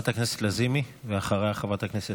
חברת הכנסת